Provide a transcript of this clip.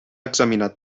examinat